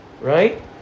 Right